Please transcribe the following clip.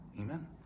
Amen